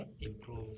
improve